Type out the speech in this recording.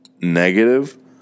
negative